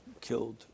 killed